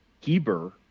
Heber